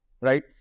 right